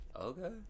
Okay